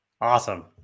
Awesome